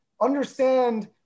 understand